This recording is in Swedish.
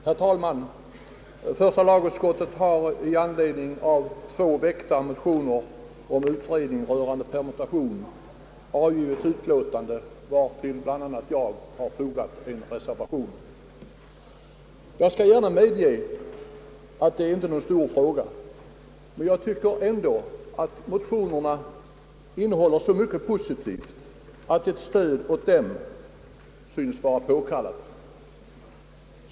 Herr talman! Första lagutskottet har i anledning av två väckta motioner om utredning rörande permutation avgivit ett utlåtande, vartill bland andra jag fogat en reservation. Jag skall gärna medge att det här inte gäller någon stor fråga, men jag tycker ändå att motionerna innehåller så mycket positivt att ett stöd åt dem bör vara påkallat.